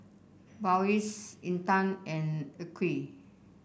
Balqis Intan and Aqil